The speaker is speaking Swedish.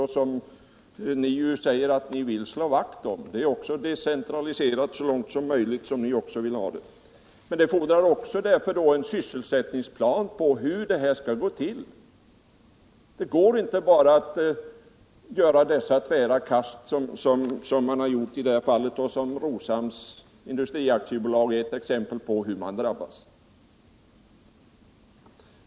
Och småföretagen säger ni ju att ni vill slå vakt om. Detta företag är dessutom decentraliserat så långt som det går, så som ni ju också vill ha det. Det fordras emellertid en sysselsättningsplan över hur en omställning skall gå till. Det går inte bara att göra sådana tvära kast som regeringen gjort i det här fallet, där Roshamns Industri AB är ett exempel på hur företagen drabbas.